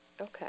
Okay